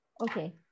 Okay